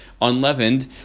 unleavened